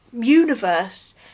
universe